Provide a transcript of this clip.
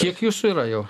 kiek jūsų yra jau